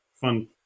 fun